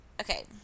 Okay